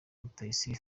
rutayisire